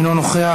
אינו נוכח,